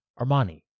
Armani